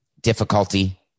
difficulty